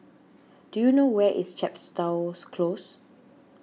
do you know where is Chepstows Close